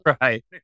Right